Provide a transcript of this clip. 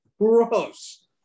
Gross